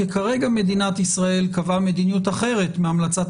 כי כרגע מדינת ישראל קבעה מדיניות אחרת מהמלצת